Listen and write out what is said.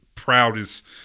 proudest